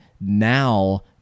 now